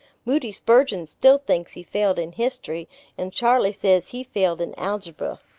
moody spurgeon still thinks he failed in history and charlie says he failed in algebra.